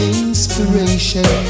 inspiration